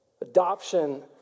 Adoption